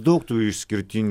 daug tų išskirtinių